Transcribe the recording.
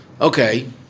Okay